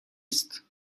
است